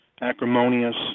acrimonious